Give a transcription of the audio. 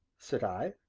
said i,